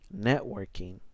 networking